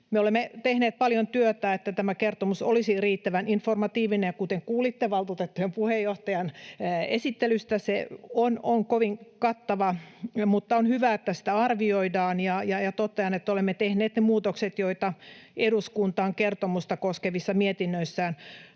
olemme tehneet paljon työtä, että tämä kertomus olisi riittävän informatiivinen, ja kuten kuulitte valtuutettujen puheenjohtajan esittelystä, se on kovin kattava. Mutta on hyvä, että sitä arvioidaan. Totean, että olemme tehneet ne muutokset, joita eduskunta on kertomusta koskevissa mietinnöissään